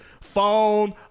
phone